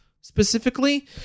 specifically